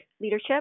leadership